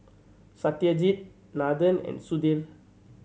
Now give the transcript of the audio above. Satyajit Nathan and Sudhir